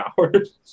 hours